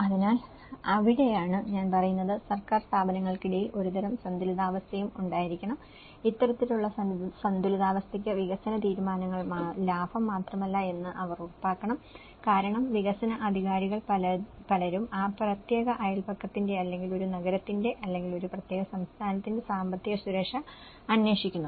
അതിനാൽ അവിടെയാണ് ഞാൻ പറയുന്നത് സർക്കാർ സ്ഥാപനങ്ങൾക്കിടയിൽ ഒരുതരം സന്തുലിതാവസ്ഥയും ഉണ്ടായിരിക്കണം ഇത്തരത്തിലുള്ള സന്തുലിതാവസ്ഥയ്ക്ക് വികസന തീരുമാനങ്ങൾ ലാഭം മാത്രമല്ല എന്ന് അവർ ഉറപ്പാക്കണം കാരണം വികസന അധികാരികൾ പലരും ആ പ്രത്യേക അയൽപക്കത്തിന്റെ അല്ലെങ്കിൽ ഒരു നഗരത്തിന്റെ അല്ലെങ്കിൽ ഒരു പ്രത്യേക സംസ്ഥാനത്തിന്റെ സാമ്പത്തിക സുരക്ഷ അന്വേഷിക്കുന്നു